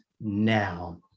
now